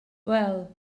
well